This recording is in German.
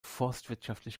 forstwirtschaftlich